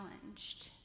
challenged